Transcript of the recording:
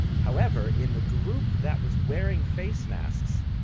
however, in the group that was wearing face masks,